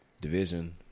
Division